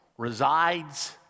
resides